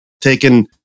taken